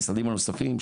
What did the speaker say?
המשרדים הנוספים,